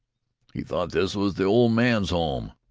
he thought this was the old men's home.